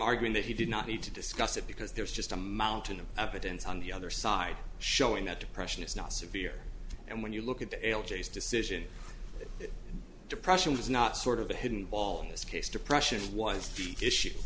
arguing that he did not need to discuss it because there's just a mountain of evidence on the other side showing that depression is not severe and when you look at the l g s decision that depression was not sort of a hidden ball in this case depression was the issue